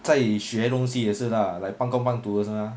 在学东西也是 lah like 半工半读也是吗